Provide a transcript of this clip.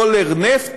סולר ונפט